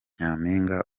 nyampinga